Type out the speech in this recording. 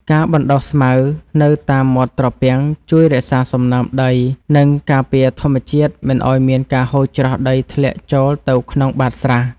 ការបណ្តុះស្មៅនៅតាមមាត់ត្រពាំងជួយរក្សាសំណើមដី និងការពារធម្មជាតិមិនឱ្យមានការហូរច្រោះដីធ្លាក់ចូលទៅក្នុងបាតស្រះ។